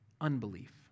unbelief